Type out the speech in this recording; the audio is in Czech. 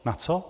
Na co?